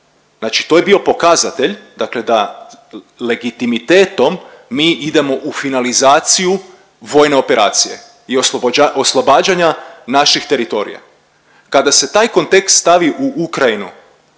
znači to je bio pokazatelj dakle da legitimitetom mi idemo u finalizaciju vojne operacije i oslobađanja naših teritorija. Kada se također kontekst stavi u Ukrajinu,